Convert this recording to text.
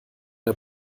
der